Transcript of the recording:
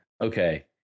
Okay